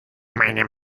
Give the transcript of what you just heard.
meine